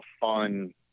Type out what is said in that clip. fun